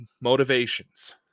motivations